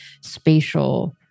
spatial